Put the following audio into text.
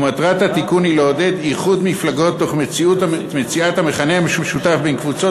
ומטרת התיקון היא לעודד איחוד מפלגות תוך מציאת המכנה המשותף בין קבוצות